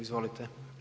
Izvolite.